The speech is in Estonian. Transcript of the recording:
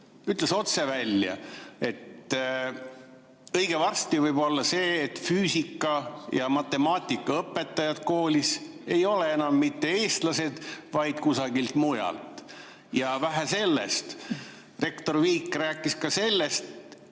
ütles otse välja, et õige varsti võib olla nii, et füüsika- ja matemaatikaõpetajad koolis ei ole enam mitte eestlased, vaid kusagilt mujalt. Ja vähe sellest! Rektor Viik rääkis ka sellest